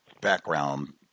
Background